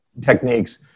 techniques